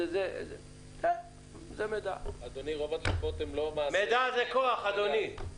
מידע זה כוח, אדוני.